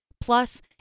Plus